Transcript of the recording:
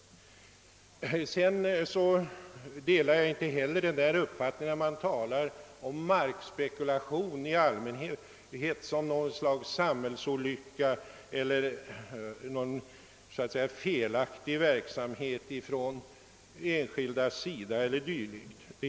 Jag delar inte heller uppfattningen om markspekulation i allmänhet som något slags samhällsolycka eller som en så att säga missriktad verksamhet från enskildas sida.